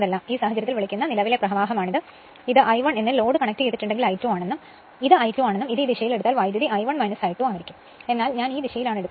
അതിനാൽ ഈ സാഹചര്യത്തിൽ നിലവിലെ പ്രവാഹമാണിത് ഇത് I1 എന്നും ലോഡ് കണക്റ്റുചെയ്തിട്ടുണ്ടെങ്കിൽ ഇത് I2 ആണെന്നും ഇത് I2 ആണെന്നും ഇത് ഈ ദിശയിൽ എടുത്താൽ വൈദ്യുതി I1 I2 ആയിരിക്കും എന്നാൽ ഞാൻ ഈ ദിശയിലാണ് എടുത്തതെന്നും